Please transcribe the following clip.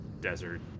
desert